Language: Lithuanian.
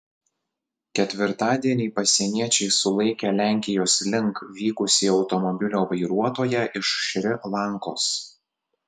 ketvirtadienį pasieniečiai sulaikė lenkijos link vykusį automobilio vairuotoją iš šri lankos